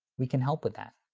we can help with that.